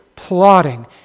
plotting